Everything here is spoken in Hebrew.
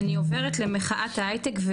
אני עוברת למחאת ההייטק.